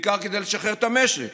בעיקר כדי לשחרר את המשק,